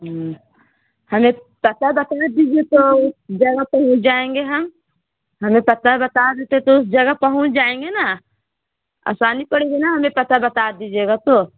ہمیں پتہ بتا دیجیے تو اس جگہ پہنچ جائیں گے ہم ہمیں پتہ بتا دیتے تو اس جگہ پہنچ جائیں گے نا آسانی پڑے گی نا ہمیں پتہ بتا دیجیے گا تو